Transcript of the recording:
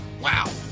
Wow